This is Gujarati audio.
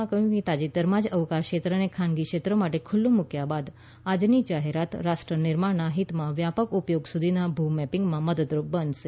તેમણે કહ્યું કે તાજેતરમાં જ અવકાશ ક્ષેત્રને ખાનગી ક્ષેત્ર માટે ખુલ્લું મુક્યા બાદ આજની જાહેરાત રાષ્ટ્ર નિર્માણના હિતમાં વ્યાપક ઉપયોગ સુધીના ભૂ મેપિંગમાં મદદરૂપ બનશે